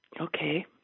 Okay